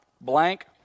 blank